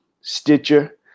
Stitcher